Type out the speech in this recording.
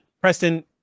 Preston